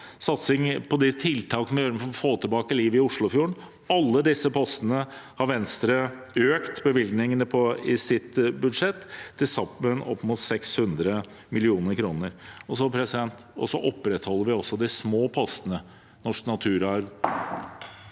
satsing på de tiltakene vi må gjøre for å få tilbake liv i Oslofjorden. Alle disse postene har Venstre økt bevilgningene til i sitt budsjett, til sammen opp mot 600 mill. kr. Så opprettholder vi også de små postene – Norsk naturarv